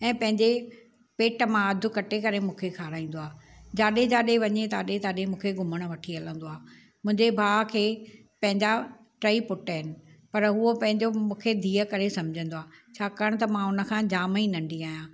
ऐं पंहिंजे पेट मां अधु कटे करे मूंखे खाराईंदो आहे जिते जिते वञे ताॾे ताॾे मूंखे घुमणु वठी हलंदो आहे मुंहिंजे भाउ खे पंहिंजा टई पुट आहिनि पर हुओ पंहिंजो मूंखे धीउ करे सम्झंदो आहे छाकाणि त मां उन सां जाम ई नंढी आहियां